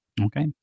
okay